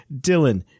Dylan